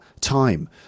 time